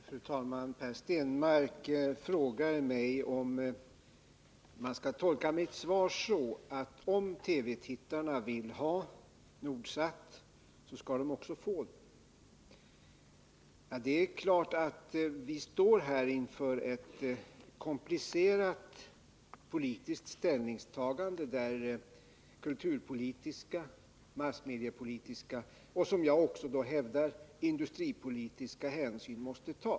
Fru talman! Per Stenmarck frågar mig om man skall tolka mitt svar så, att om TV-tittarna vill ha Nordsat, så skall de också få det. Det är klart att vi här står inför ett komplicerat politiskt ställningstagande, där kulturpolitiska, massmediepolitiska och, som jag hävdar, industripolitiska hänsyn måste tas.